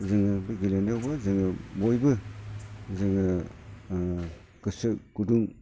जोङो गेलेनायावबो जों बयबो जोङो गोसो गुदुं